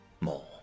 more